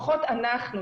לפחות אנחנו,